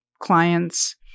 clients